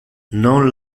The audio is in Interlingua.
non